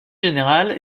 général